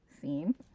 scene